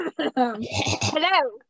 Hello